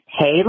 Hey